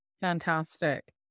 Fantastic